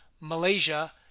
Malaysia